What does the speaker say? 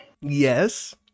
yes